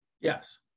Yes